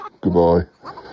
goodbye